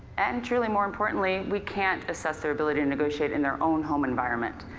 and, truly more importantly, we can't assess their ability to negotiate in their own home environment.